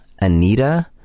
Anita